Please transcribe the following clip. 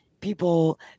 people